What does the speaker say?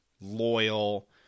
loyal